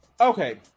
Okay